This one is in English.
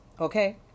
Okay